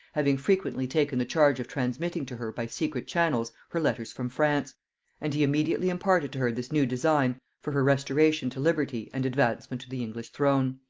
having frequently taken the charge of transmitting to her by secret channels her letters from france and he immediately imparted to her this new design for her restoration to liberty and advancement to the english throne.